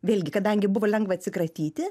vėlgi kadangi buvo lengva atsikratyti